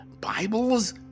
Bibles